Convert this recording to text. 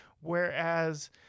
Whereas